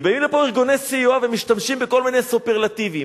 ובאים לפה ארגוני סיוע ומשתמשים בכל מיני סופרלטיבים: